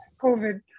COVID